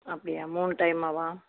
அப்படியா மூணு டைம்மாவா